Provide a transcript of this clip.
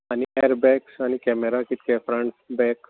आनी air bags आनी camera कितके फ्रंट बॅक